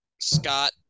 Scott